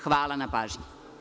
Hvala na pažnji.